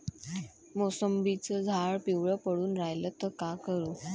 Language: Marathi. मोसंबीचं झाड पिवळं पडून रायलं त का करू?